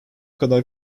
kadar